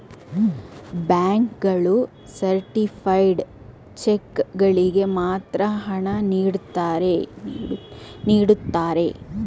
bank ಗಳು certified cheque ಗಳಿಗೆ ಮಾತ್ರ ಹಣ ನೀಡುತ್ತಾರೆ